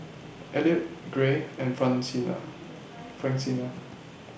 Elliot Gray and Francina Francina